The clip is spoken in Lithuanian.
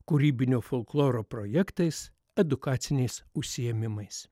kūrybinio folkloro projektais edukaciniais užsiėmimais